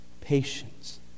patience